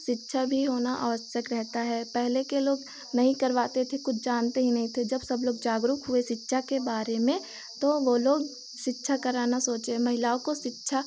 शिक्षा भी होना आवश्यक रहता है पहले के लोग नहीं करवाते थे कुछ जानते ही नहीं थे जब सब लोग जागरूक हुए शिक्षा के बारे में तो वह लोग शिक्षा कराना सोचे महिलाओं को शिक्षा